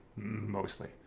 Mostly